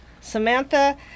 Samantha